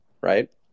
right